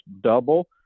double